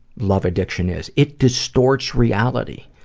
love addiction is. it distorts reality.